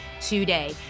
today